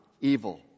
evil